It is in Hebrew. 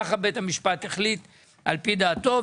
כך בית המשפט החליט על פי דעתו,